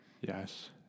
Yes